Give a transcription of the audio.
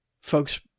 Folks